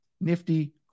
nifty